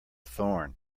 thorn